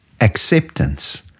acceptance